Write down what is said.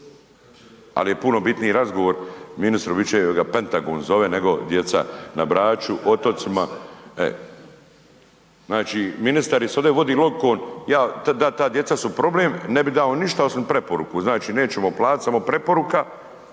ali je puno bitniji razgovor ministru bit će da ga Pentagon zove nego djeca na Braču, otocima. Znači, ministar se ovdje vodi logikom da ta djeca su problem, ne bi dao ništa osim preporuku, znači nećemo platit, samo preporuka,